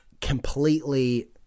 completely